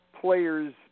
players